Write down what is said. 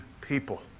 people